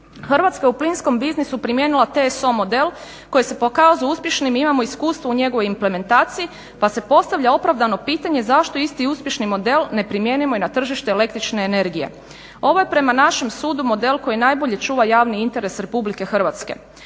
Hrvatska je u plinskom biznisu primijenila TSO model koji se pokazao uspješnim, imamo iskustvo u njegovom implementaciji pa se postavlja opravdano pitanje zašto isti uspješni model ne primijenimo i na tržište električne energije. Ovo je prema našem sudu model koji najbolje čuva javni interes Republike Hrvatske.